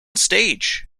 stage